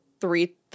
three